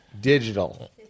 digital